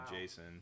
Jason